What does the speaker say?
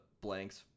blanks